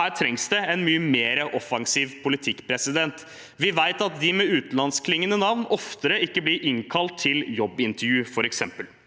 Her trengs det en mye mer offensiv politikk. Vi vet f.eks. at de med utenlandskklingende navn oftere ikke blir innkalt til jobbintervju. I svarbrevet